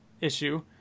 issue